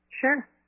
Sure